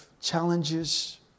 challenges